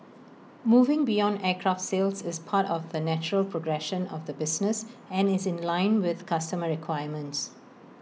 moving beyond aircraft sales is part of the natural progression of the business and is in line with customer requirements